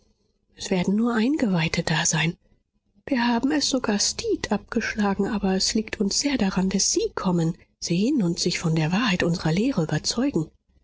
es werden nur eingeweihte da sein wir haben es sogar stead abgeschlagen aber es liegt uns sehr daran daß sie kommen sehen und sich von der wahrheit unserer lehre überzeugen